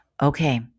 Okay